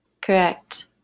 Correct